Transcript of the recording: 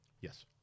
Yes